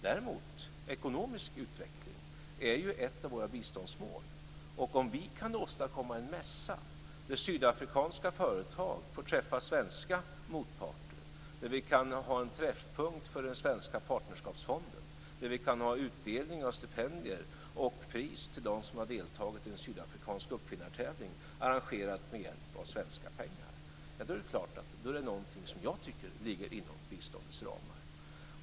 Däremot är ekonomisk utveckling ett av våra biståndsmål. Om vi kan åstadkomma en mässa där sydafrikanska företag får träffa svenska motparter, där vi kan ha en träffpunkt för den svenska partnerskapsfonden, kan ha utdelning av stipendier och pris till dem som har deltagit i den sydafrikanska uppfinnartävlingen, arrangerad med hjälp av svenska pengar, är det någonting som jag tycker ligger inom biståndets ramar.